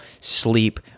sleep